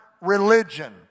religion